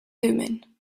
thummim